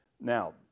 Now